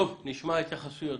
נשמע בסוף התייחסויות.